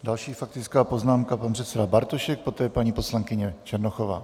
Další faktická poznámka, pan předseda Bartošek, poté paní poslankyně Černochová.